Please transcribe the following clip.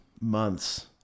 months